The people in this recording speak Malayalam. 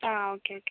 ആ ഓക്കെ ഓക്കെ